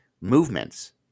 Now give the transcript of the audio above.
movements